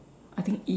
I think eat